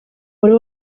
wari